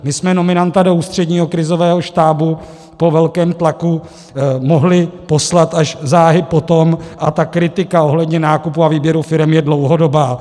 My jsme nominanta do Ústředního krizového štábu po velkém tlaku mohli poslat až záhy po tom, a kritika ohledně nákupu a výběru firem je dlouhodobá.